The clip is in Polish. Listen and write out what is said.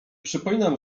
przypominam